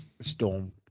Storm